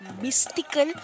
mystical